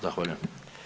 Zahvaljujem.